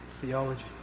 theology